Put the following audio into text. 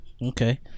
Okay